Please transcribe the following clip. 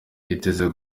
imaze